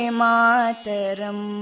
mataram